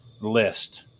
list